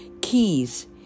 keys